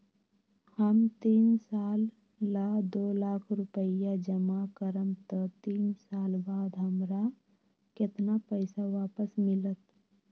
हम तीन साल ला दो लाख रूपैया जमा करम त तीन साल बाद हमरा केतना पैसा वापस मिलत?